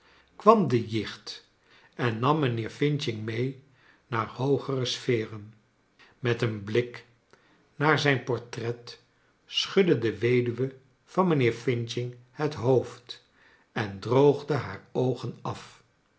kwam de jicht en nam mijnheer f mee naar hoogere sferen met een blik naar zij n portret schudde de weduwe van mijnheer f het hoofd en droogde haar oogen af